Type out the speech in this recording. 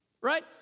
Right